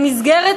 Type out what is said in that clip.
במסגרת